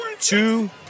Two